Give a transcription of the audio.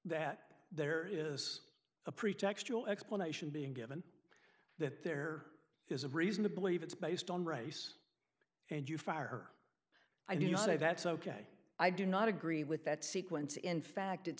that there is a pretextual explanation being given that there is a reason to believe it's based on race and you fire i do not know that's ok i do not agree with that sequence in fact it's